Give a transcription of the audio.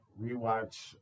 rewatch